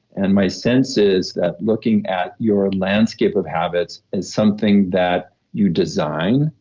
and my sense is that looking at your landscape of habits is something that you design,